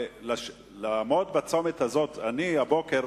לעמוד בצומת הזה, אני הבוקר